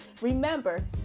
Remember